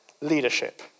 leadership